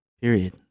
Period